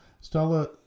stella